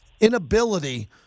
inability